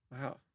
wow